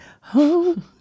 home